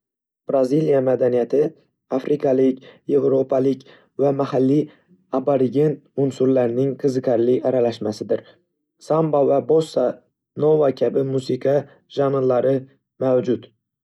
Braziliya madaniyati, afrikalik, evropalik va mahalliy aborigen unsurlarning qiziqarli aralashmasidir. Samba va bossa nova kabi musiqa janrlari mavjud.